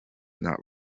not